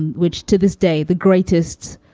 and which to this day the greatest,